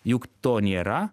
juk to nėra